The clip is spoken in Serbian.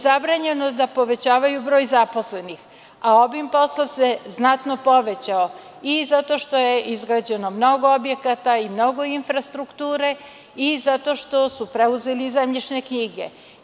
Zabranjeno im je da povećavaju broj zaposlenih, a obim posla se znatno povećao i zbog toga što je izgrađeno mnogo objekata i mnogo infrastrukture i zato što su preuzeli zemljišne knjige.